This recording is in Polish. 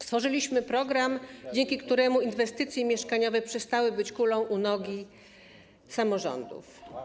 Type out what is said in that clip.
Stworzyliśmy program, dzięki któremu inwestycje mieszkaniowe przestały być kulą u nogi samorządów.